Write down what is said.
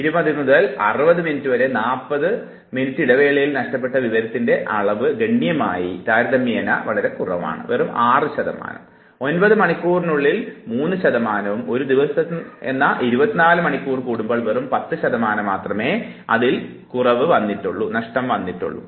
20 മുതൽ 60 മിനിറ്റ് വരെയുള്ള 40 മിനിറ്റ് ഇടവേളയിൽ നഷ്ടപ്പെട്ട വിവരത്തിന്റെ അളവ് ഗണ്യമായി കുറവാണ് വെറും 6 ശതമാനം കൂടുതൽ മാത്രം 9 മണിക്കൂറിനുള്ളിൽ 3 ശതമാനവും ഒരു ദിവസം എന്ന 24 മണിക്കൂർ കടക്കുമ്പോൾ വെറും 10 ശതമാനം മാത്രമേ ഗണ്യമായി നഷ്ടപ്പെടുന്നുള്ളൂ